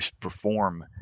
perform